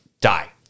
die